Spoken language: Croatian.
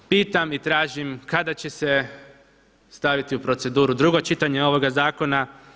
Pitam i tražim kada će se staviti u proceduru drugo čitanje ovoga zakona?